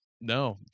no